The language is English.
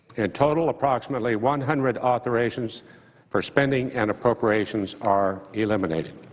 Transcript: total, approximately one hundred authorizations for spending and appropriations are eliminated.